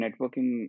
networking